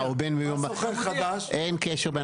אין קשר.